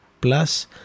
plus